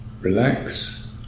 relax